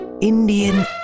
Indian